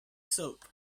soap